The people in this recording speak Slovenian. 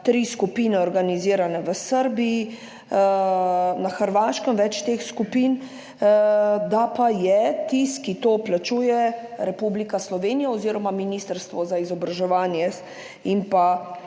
tri skupine organizirane v Srbiji, na Hrvaškem je več teh skupin, da je tisti, ki to plačuje, Republika Slovenija oziroma Ministrstvo za vzgojo in izobraževanje in